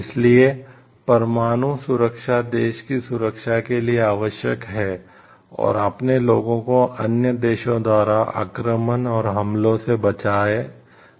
इसलिए परमाणु सुरक्षा देश की सुरक्षा के लिए आवश्यक है और अपने लोगों को अन्य देशों द्वारा आक्रमण और हमलों से बचाता है